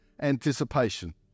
anticipation